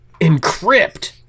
Encrypt